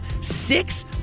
six